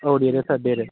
औ देरो सार देरो